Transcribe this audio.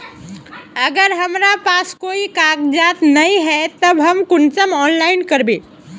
अगर हमरा पास कोई कागजात नय है तब हम कुंसम ऑनलाइन करबे?